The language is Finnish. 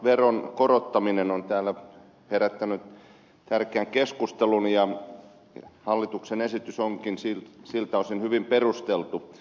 tupakkaveron korottaminen on täällä herättänyt tärkeän keskustelun ja hallituksen esitys onkin siltä osin hyvin perusteltu